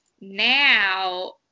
now